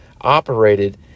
operated